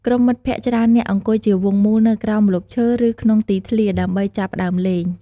ក្រុមមិត្តភក្តិច្រើននាក់អង្គុយជាវង់មូលនៅក្រោមម្លប់ឈើ ឬក្នុងទីធ្លា ដើម្បីចាប់ផ្ដើមលេង។